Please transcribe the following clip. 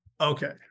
Okay